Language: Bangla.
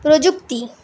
প্রযুক্তি